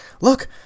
look